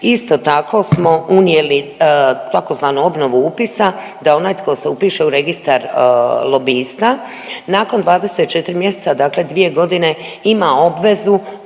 Isto tako smo unijeli tzv. obnovu upisa, da onaj tko se upiše u registar lobista nakon 24 mjeseca, dakle 2 godine ima obvezu